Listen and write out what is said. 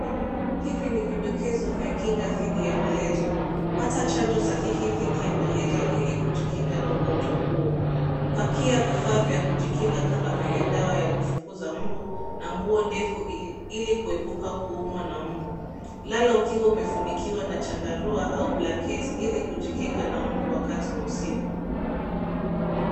Hivi ni vidokezo vya kinga didhi ya malaria. Pata chanjo sa hizi didhi ya malaria ili kujikinga na ugonjwa huo. Pakia vifaa vya kujikinga kama vile dawa ya kufukuza mbu na nguo ndefu ili kuepuka kuumwa na mbu. Lala ukiwa umefunikiwa na chandarua au blanketi ili kujikinga na mbu wakati wa usiku.